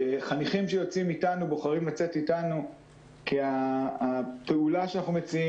חניכים שיוצאים איתנו בוחרים לצאת איתנו כי הפעולה שאנחנו מציעים